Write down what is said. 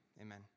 Amen